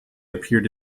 appeared